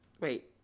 Wait